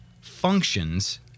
functions